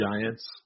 giants